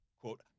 quote